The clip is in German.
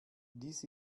dies